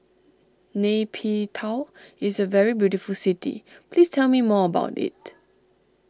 Nay Pyi Taw is a very beautiful city please tell me more about it